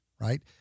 right